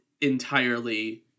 entirely